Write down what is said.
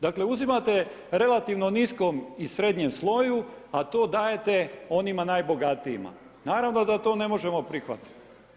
Dakle uzimate relativno niskom i srednjem sloju, a to dajete onima najbogatijima, naravno da to ne možemo prihvatit.